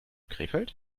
krefeld